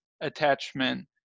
attachment